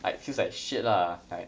like feels like shit lah like